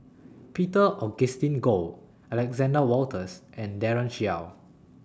Peter Augustine Goh Alexander Wolters and Daren Shiau